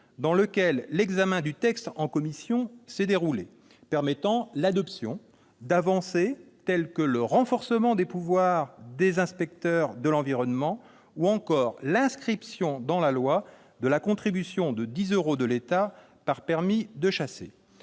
dans lequel l'examen du texte en commission s'est déroulé, permettant l'adoption d'avancées telles que le renforcement des pouvoirs des inspecteurs de l'environnement, ou encore l'inscription dans la loi de la contribution de 10 euros de l'État par permis de chasser.